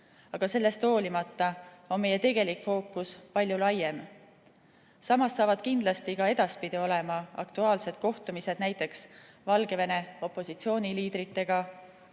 Aga sellest hoolimata on meie tegelik fookus palju laiem. Samas saavad kindlasti ka edaspidi olema aktuaalsed kohtumised näiteks Valgevene opositsiooniliidritega.